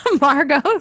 Margot